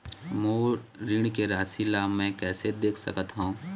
मोर ऋण के राशि ला म कैसे देख सकत हव?